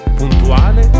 puntuale